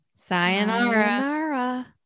Sayonara